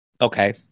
Okay